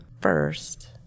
first